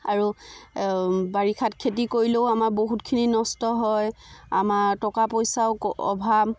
আৰু বাৰিষাত খেতি কৰিলেও আমাৰ বহুতখিনি নষ্ট হয় আমাৰ টকা পইচাও ক অভাৱ